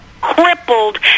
crippled